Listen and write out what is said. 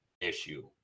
issue